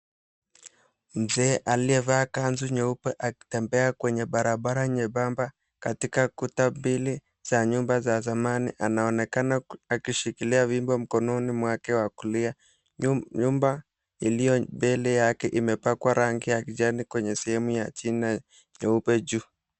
Mzee aliyevaa kanzu nyeupe akitembea kwenye barabara nyembamba katika kuta mbili za nyumba za zamani, anaonekana akishikilia fimbo mkononi mwake wa kulia. Nyumba iliyo mbele yake imepakwa rangi ya kijani kwenye sehemu ya chini na nyeupe juu.